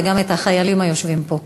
וגם את החיילים היושבים פה.